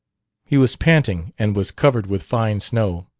he was panting and was covered with fine snow.